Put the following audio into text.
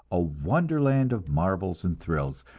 a wonderland of marvels and thrills,